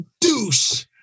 douche